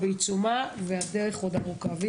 והדרך עדיין ארוכה.